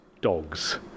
dogs